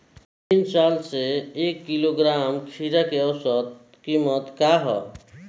तीन साल से एक किलोग्राम खीरा के औसत किमत का ह?